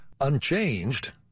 unchanged